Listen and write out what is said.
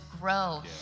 grow